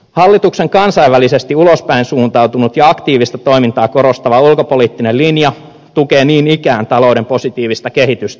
hallituksen kansainvälisesti ulospäinsuuntautunut ja aktiivista toimintaa korostava ulkopoliittinen linja tukee niin ikään talouden positiivista kehitystä